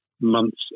months